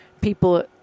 people